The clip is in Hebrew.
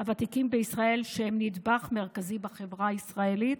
הוותיקים בישראל, שהם נדבך מרכזי בחברה הישראלית.